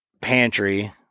pantry